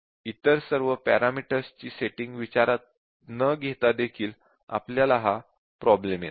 इतर सर्व पॅरामीटर्सची सेटिंग विचारात न घेता देखील आपल्याला हा प्रॉब्लेम येतो